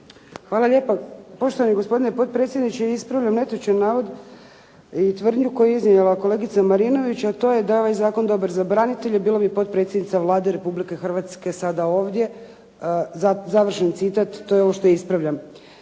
Hvala lijepa. Poštovani gospodine potpredsjedniče. Ispravljam netočan navod i tvrdnju koju je iznijela kolegica Marinović a to je „Da je ovaj zakon dobar za branitelje bila bi potpredsjednica Vlade Republike Hrvatske sada ovdje.“, završen citat, to je ovo što ispravljam.